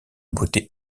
beauté